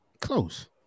close